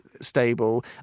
stable